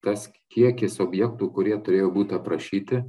tas kiekis objektų kurie turėjo būt aprašyti